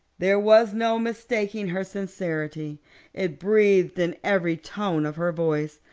there was no mistaking her sincerity it breathed in every tone of her voice.